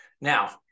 Now